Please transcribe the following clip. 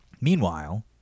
Meanwhile